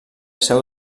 seu